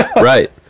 right